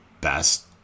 best